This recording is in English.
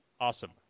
Awesome